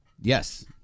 Yes